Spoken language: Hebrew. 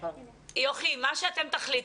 יוכי, מה שאתם תחליטו.